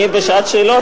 אני בשעת שאלות?